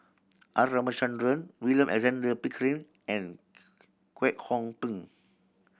R Ramachandran William Alexander Pickering and Kwek Hong Png